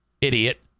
idiot